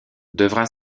devra